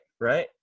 right